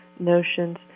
Notions